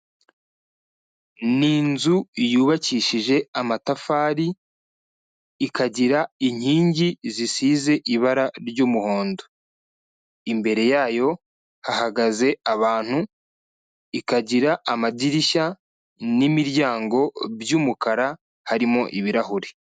Ni inzu yubakishije amatafar, ikagira inkingi zisize ibara ry'umuhondo. Imbere yayo hahagaze abantu, ikagira amadirishya n'imiryango by'umukara harimo ibirahure.